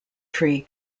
tree